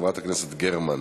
חברת הכנסת גרמן.